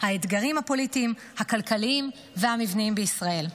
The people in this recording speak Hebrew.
האתגרים הפוליטיים הכלכליים והמבניים בישראל.